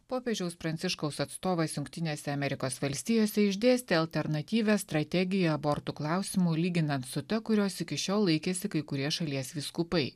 popiežiaus pranciškaus atstovas jungtinėse amerikos valstijose išdėstė alternatyvią strategiją abortų klausimu lyginant su ta kurios iki šiol laikėsi kai kurie šalies vyskupai